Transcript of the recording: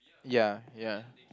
ya ya